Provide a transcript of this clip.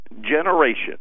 generation